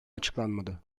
açıklanmadı